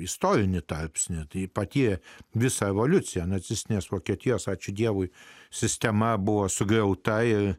istorinį tarpsnį tai pati visą evoliuciją nacistinės vokietijos ačiū dievui sistema buvo su gautąja